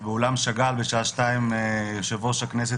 באולם שאגאל בשעה 14:00 יושב-ראש הכנסת